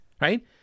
right